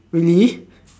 really